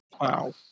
Wow